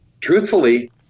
truthfully